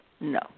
No